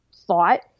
thought